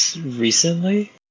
recently